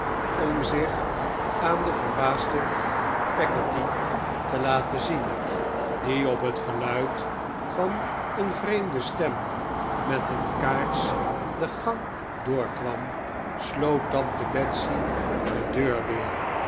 om zich aan de veybaasde peggotty te laten zien die op mijn moeder wordt ondervraagd het geluid van een vreemde stem met een kaars de gang doorkwam sloot tante betsey de deur weer